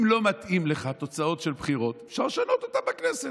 אם לא מתאימות לך תוצאות של בחירות אפשר לשנות אותן בכנסת.